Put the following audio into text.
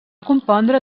compondre